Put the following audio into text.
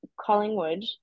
Collingwood